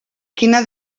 quina